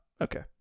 okay